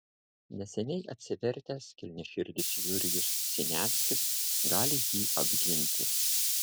neseniai atsivertęs kilniaširdis jurijus siniavskis gali jį apginti